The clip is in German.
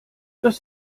das